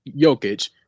Jokic